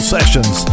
Sessions